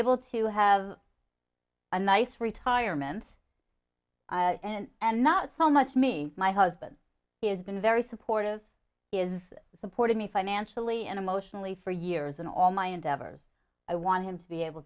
able to have a nice retirement and and not so much me my husband has been very supportive is supporting me financially and emotionally for years and all my endeavors i want him to be able